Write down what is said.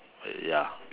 ya